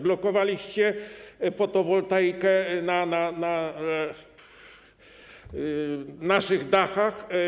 Blokowaliście fotowoltaikę na naszych dachach.